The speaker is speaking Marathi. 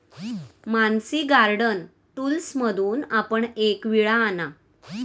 मानसी गार्डन टूल्समधून आपण एक विळा आणा